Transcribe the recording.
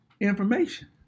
Information